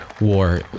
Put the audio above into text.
war